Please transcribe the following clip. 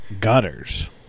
gutters